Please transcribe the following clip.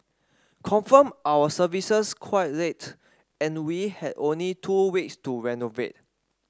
confirmed our services quite late and we had only two weeks to renovate